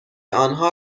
آنها